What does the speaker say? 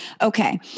Okay